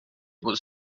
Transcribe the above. was